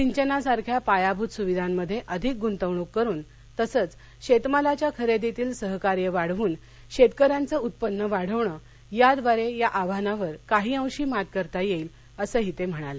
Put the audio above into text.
सिंचनासारख्या पायाभूत सुविधांमध्ये अधिक गुंतवणूक करून तसंच शेतमालाच्या खरेदीतील सहकार्य वाढवून शेतक यांचं उत्पन्न वाढवणं याद्वारे या आव्हानावर काही अंशी मात करता येईल असही ते म्हणाले